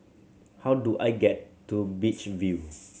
how do I get to Beach View